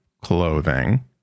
clothing